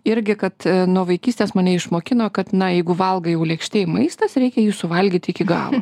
irgi kad nuo vaikystės mane išmokino kad na jeigu valgai jau lėkštėj maistas reikia jį suvalgyt iki galo